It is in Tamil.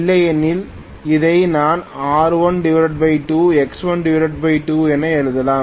இல்லையெனில் இதை நான் R12 X12 என எழுதலாம்